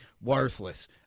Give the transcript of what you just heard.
worthless